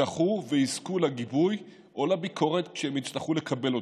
זכו ויזכו לגיבוי או לביקורת כשהם יצטרכו לקבל אותם.